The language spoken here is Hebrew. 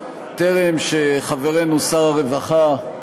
בטרם נכנס חברנו שר הרווחה,